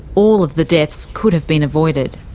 all of the deaths could have been avoided.